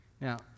Now